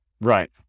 Right